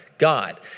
God